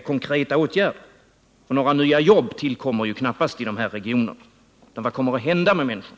Några nya jobb tillkommer ju knappast i den här regionen. Vad kommer att hända med människorna?